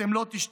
אתם לא תשתנו.